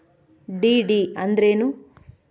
DD ಅಂದ್ರೇನು?